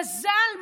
מזל,